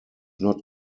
not